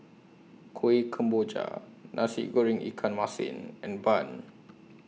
Kuih Kemboja Nasi Goreng Ikan Masin and Bun